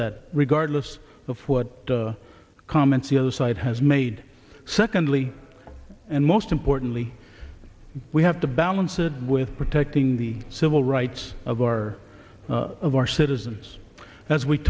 that regardless of what comments the other side has made secondly and most importantly we have to balance it with protecting the civil rights of our of our citizens as we